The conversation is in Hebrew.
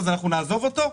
אז אנחנו נעזוב אותו?